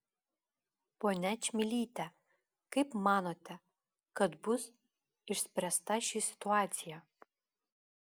ponia čmilyte kaip manote kad bus išspręsta ši situacija